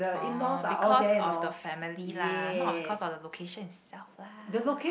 oh because of the family lah not because of the location itself lah